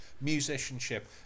musicianship